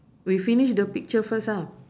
we finish the picture first ah